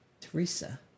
Teresa